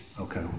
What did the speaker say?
okay